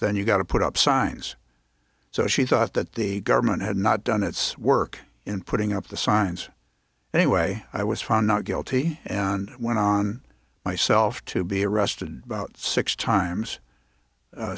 then you got to put up signs so she thought that the government had not done its work in putting up the signs anyway i was found not guilty and went on myself to be arrested about six times